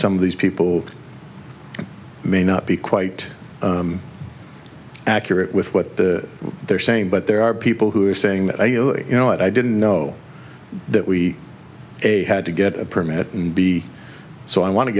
some of these people may not be quite accurate with what they're saying but there are people who are saying that you know i didn't know that we a had to get a permit and b so i want to